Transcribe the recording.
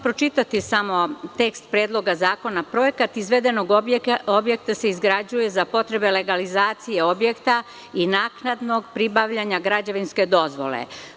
Pročitaću vam samo tekst Predloga zakona: „Projekat izvedenog objekta se izgrađuje za potrebe legalizacije objekta i naknadnog pribavljanja građevinske dozvole.